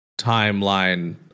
timeline